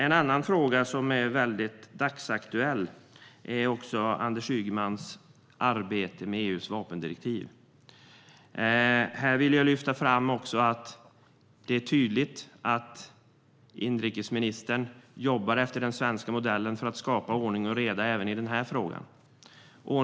En annan fråga som är dagsaktuell är Anders Ygemans arbete med EU:s vapendirektiv. Det är tydligt att inrikesministern jobbar efter den svenska modellen för att skapa ordning och reda även i den här frågan.